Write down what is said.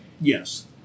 Yes